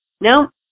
no